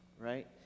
right